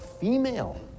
female